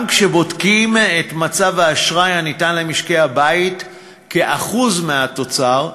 גם כשבודקים את מצב האשראי הניתן למשקי-הבית כאחוז מהתוצר,